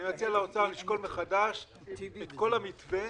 אני מציע לאוצר לשקול מחדש את כל המתווה